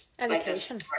Education